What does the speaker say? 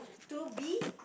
to be